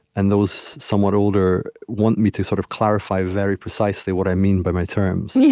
and those somewhat older want me to sort of clarify, very precisely, what i mean by my terms. yeah